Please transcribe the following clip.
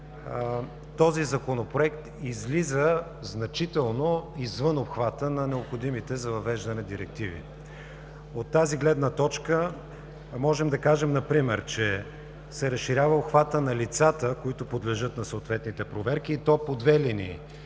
този Законопроект излиза значително извън обхвата на необходимите за въвеждане директиви. От тази гледна точка можем да кажем, например, че се разширява обхватът на лицата, които подлежат на съответните проверки, и то по две линии